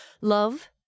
love